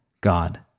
God